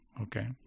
Okay